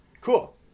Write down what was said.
Cool